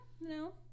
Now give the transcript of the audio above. No